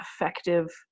effective